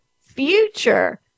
future